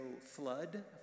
Flood